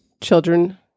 children